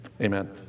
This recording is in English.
Amen